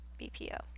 BPO